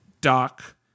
Doc